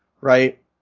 right